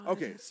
Okay